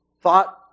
thought